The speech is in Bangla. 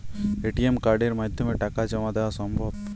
এ.টি.এম কার্ডের মাধ্যমে টাকা জমা দেওয়া সম্ভব?